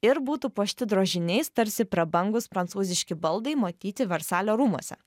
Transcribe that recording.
ir būtų puošti drožiniais tarsi prabangūs prancūziški baldai matyti versalio rūmuose